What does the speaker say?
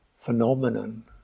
phenomenon